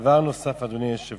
דבר נוסף, אדוני היושב-ראש,